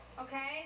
Okay